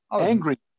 angry